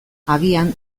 agian